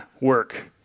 work